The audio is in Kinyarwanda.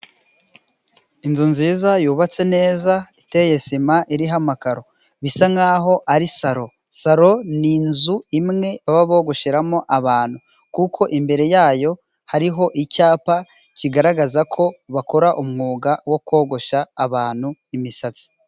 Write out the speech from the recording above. Inzu nziza yubatse neza iteye sima iriho amakaro. Bisa n'aho ari saro. saro ni inzu imwe baba bogosheramo abantu kuko imbere yayo hariho icyapa kigaragaza ko bakora umwuga wo kogosha abantu imisatsi.